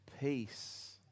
peace